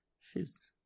Fizz